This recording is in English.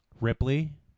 Ripley